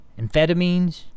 amphetamines